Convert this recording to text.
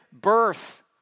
birth